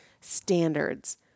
standards